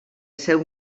seu